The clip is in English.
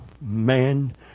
man